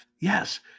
Yes